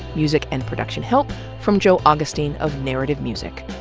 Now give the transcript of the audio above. music and production help from joe augustine of narrative music.